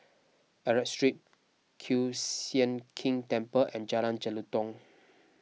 Arab Street Kiew Sian King Temple and Jalan Jelutong